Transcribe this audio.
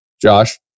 Josh